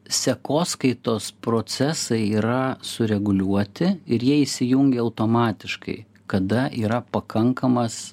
sekoskaitos procesai yra sureguliuoti ir jie įsijungia automatiškai kada yra pakankamas